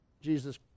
Jesus